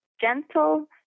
gentle